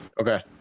Okay